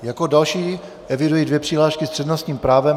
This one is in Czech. Jako další eviduji dvě přihlášky s přednostním právem.